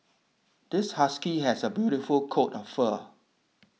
this husky has a beautiful coat of fur